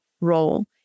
role